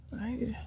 right